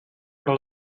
però